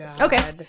Okay